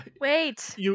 Wait